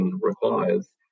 requires